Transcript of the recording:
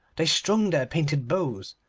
they strung their painted bows,